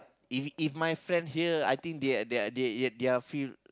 if if my friend here I think their their they their feel